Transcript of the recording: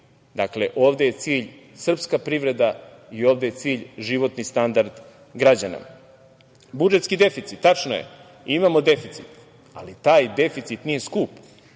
Dakle, ovde je cilj srpska privreda i ovde je cilj životni standard građana. Budžetski deficit. Tačno je. Imamo deficit, ali deficit nije skup